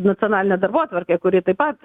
nacionalinę darbotvarkę kuri taip pat